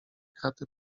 kraty